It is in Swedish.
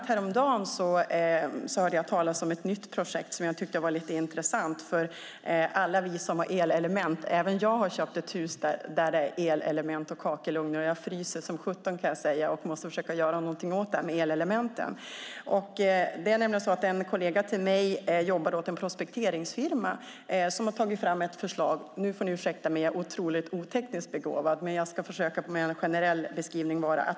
Häromdagen hörde jag talas om ett nytt projekt som jag tycker var intressant för alla oss som har elelement. Jag har ett hus med elelement och kakelugnar, och jag fryser som sjutton och måste försöka göra något åt elelementen. En kollega till mig jobbar åt en prospekteringsfirma som har tagit fram ett förslag. Jag är otroligt oteknisk, men jag ska försöka mig på en beskrivning.